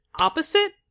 opposite